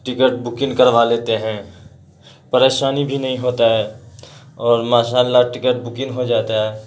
ticket booking کروا لیتے ہیں پریشانی بھی نہیں ہوتا ہے اور ماشاء اللہ ٹکٹ بکنگ ہو جاتا ہے